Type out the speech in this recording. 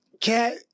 Cat